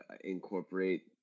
incorporate